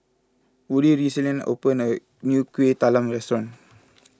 Woody recently opened a new Kuih Talam restaurant